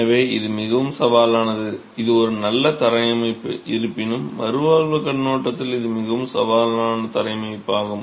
எனவே இது மிகவும் சவாலானது இது ஒரு நல்ல தரை அமைப்பு இருப்பினும் மறுவாழ்வுக் கண்ணோட்டத்தில் இது மிகவும் சவாலான தரை அமைப்பாகும்